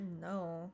No